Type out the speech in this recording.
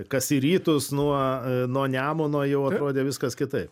kas į rytus nuo nuo nemuno jau atrodė viskas kitaip